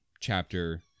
chapter